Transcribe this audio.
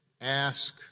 ask